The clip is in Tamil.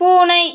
பூனை